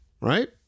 Right